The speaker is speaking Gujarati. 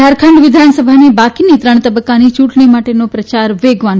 ઝારખંડ વિધાનસભાની બાકીની ત્રણ તબકકાની ચુંટણી માટેનો પ્રયાર વેગવાન